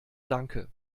danke